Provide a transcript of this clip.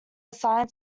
assigned